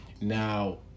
Now